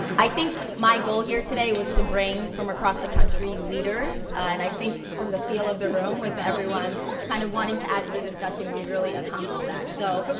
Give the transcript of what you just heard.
i think my goal here today was to bring from across the country leaders, and i think from the feel of the room from everyone kind of wanting to add to the discussion, we really accomplished that so.